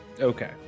Okay